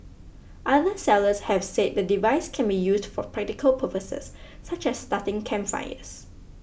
other sellers have said the device can be used for practical purposes such as starting campfires